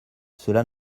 cela